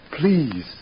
please